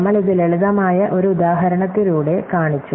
നമ്മൾ ഇത് ലളിതമായ ഒരു ഉദാഹരണത്തിലൂടെ കാണിച്ചു